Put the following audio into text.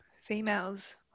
females